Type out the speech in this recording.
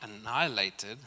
annihilated